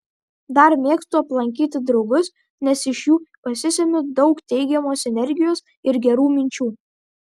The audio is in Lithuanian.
dar mėgstu aplankyti draugus nes iš jų pasisemiu daug teigiamos energijos ir gerų minčių